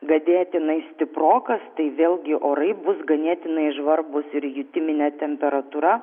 ganėtinai stiprokas tai vėlgi orai bus ganėtinai žvarbūs ir jutiminė temperatūra